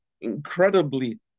incredibly